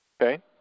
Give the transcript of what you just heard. okay